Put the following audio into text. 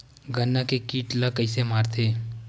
गन्ना के कीट ला कइसे मारथे?